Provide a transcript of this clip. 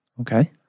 Okay